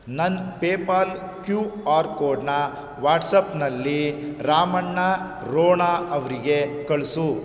ನನ್ನ PayPal Q R ಕೋಡ್ನ ವಾಟ್ಸ್ಆ್ಯಪ್ನಲ್ಲಿ ರಾಮಣ್ಣ ರೋಣ ಅವರಿಗೆ ಕಳಿಸು